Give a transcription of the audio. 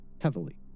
heavily